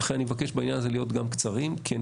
לכן אני מבקש בעניין הזה להיות גם קצרים כי אני